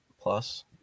Plus